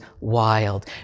wild